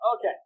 Okay